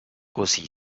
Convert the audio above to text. così